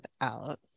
out